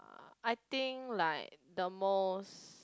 I think like the most